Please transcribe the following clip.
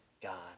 God